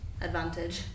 advantage